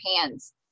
hands